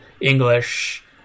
English